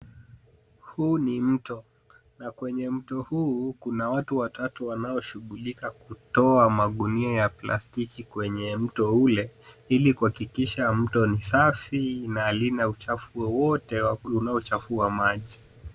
Huu ni mto na kwenye mto huu kuna watatu wanaoshughulika kutoa magunia ya plastiki kwenye mto ule ili kuhakikisha mto ni safi na halina uchafu wowote unaochafua maji.